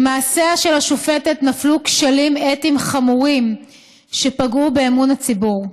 במעשיה של השופטת נפלו כשלים אתיים חמורים שפגעו באמון הציבור.